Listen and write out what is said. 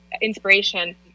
inspiration